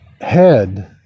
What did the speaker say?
head